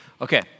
Okay